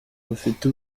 rufite